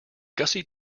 gussie